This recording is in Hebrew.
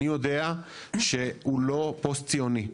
ואני יודע שהוא לא פוסט-ציוני,